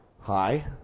Hi